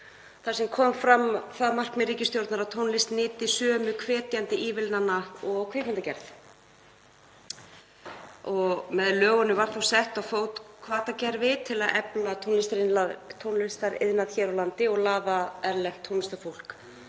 þar sem kom fram það markmið ríkisstjórnar að tónlist nyti sömu hvetjandi ívilnana og kvikmyndagerð. Með lögunum var þá sett á fót hvatakerfi til að efla tónlistariðnað hér á landi og til að laða að erlent tónlistarfólk